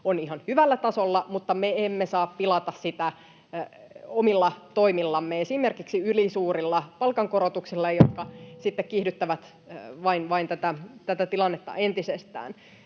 on ihan hyvällä tasolla, mutta me emme saa pilata sitä omilla toimillamme, esimerkiksi ylisuurilla palkankorotuksilla, jotka sitten vain kiihdyttävät tätä tilannetta entisestään.